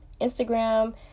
Instagram